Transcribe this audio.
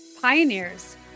pioneers